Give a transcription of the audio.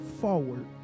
forward